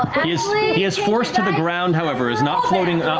he is forced to the ground, however. is not floating,